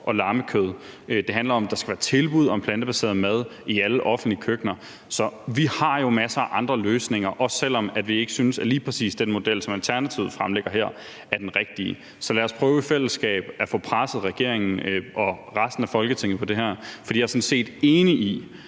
og lammekød. Det handler om, at der skal være et tilbud om plantebaseret mad i alle offentlige køkkener. Så vi har jo masser af andre løsninger, også selv om vi ikke synes, at lige præcis den model, som Alternativet fremlægger her, er den rigtige. Så lad os prøve i fællesskab at få presset regeringen og resten af Folketinget på det her, for jeg er sådan set enig i,